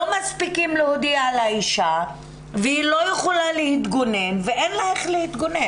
לא מספיקים להודיע לאשה והיא לא יכולה להתגונן ואין לה איך להתגונן.